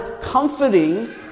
comforting